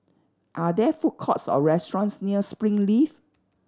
are there food courts or restaurants near Springleaf